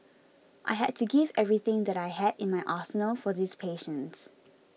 I had to give everything that I had in my arsenal for these patients